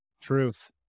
Truth